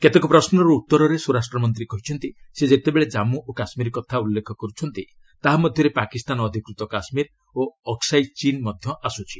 କେତେକ ପ୍ରଶ୍ନର ଉତ୍ତରରେ ସ୍ୱରାଷ୍ଟ୍ର ମନ୍ତ୍ରୀ କହିଛନ୍ତି ସେ ଯେତେବେଳେ ଜାନ୍ମୁ ଓ କାଶ୍ମୀର କଥା ଉଲ୍ଲେଖ କରୁଛନ୍ତି ତାହା ମଧ୍ୟରେ ପାକିସ୍ତାନ ଅଧିକୃତ କାଶ୍ମୀର ଓ ଅକ୍ସାଇ ଚୀନ୍ ମଧ୍ୟ ଆସୁଛି